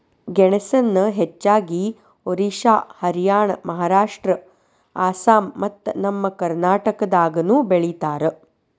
ಗೆಣಸನ ಹೆಚ್ಚಾಗಿ ಒಡಿಶಾ ಹರಿಯಾಣ ಮಹಾರಾಷ್ಟ್ರ ಅಸ್ಸಾಂ ಮತ್ತ ನಮ್ಮ ಕರ್ನಾಟಕದಾಗನು ಬೆಳಿತಾರ